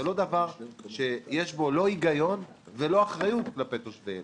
זה דבר שאין בו הגיון ואין בו אחריות כלפי תושבי אילת.